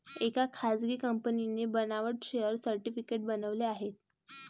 एका खासगी कंपनीने बनावट शेअर सर्टिफिकेट बनवले आहे